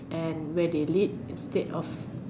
then when they lead instead of